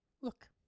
Look